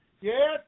yes